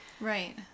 Right